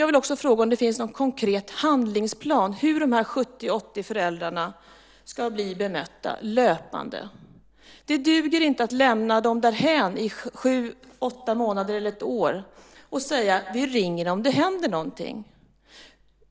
Jag vill också fråga om det finns någon konkret handlingsplan för hur de här 70-80 föräldrarna ska bli bemötta löpande. Det duger inte att lämna dem därhän i sju åtta månader eller ett år och säga: Vi ringer om det händer någonting.